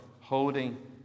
holding